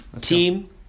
Team